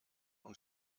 und